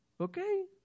Okay